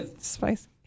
spicy